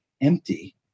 empty